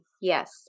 Yes